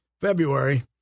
February